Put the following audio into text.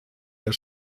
der